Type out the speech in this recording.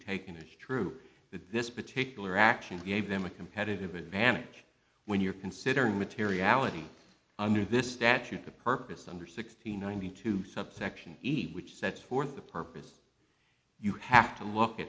be taken as true that this particular action gave them a competitive advantage when you're considering materiality under this statute a purpose under sixty ninety two subsection eat which sets forth the purpose you have to look